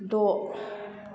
द'